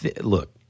look